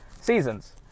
seasons